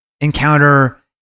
encounter